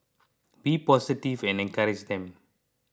be positive and encourage them